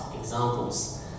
examples